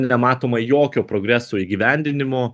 nematoma jokio progreso įgyvendinimo